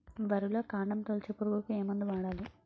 వరిలో కాండము తొలిచే పురుగుకు ఏ మందు వాడాలి?